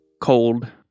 cold